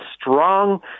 strong